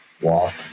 walk